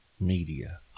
media